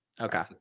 Okay